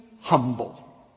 humble